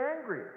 angry